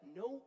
no